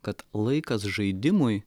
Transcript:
kad laikas žaidimui